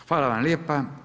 Hvala vam lijepa.